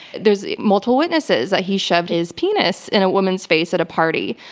there's multiple witnesses, that he shoved his penis in a woman's face at a party.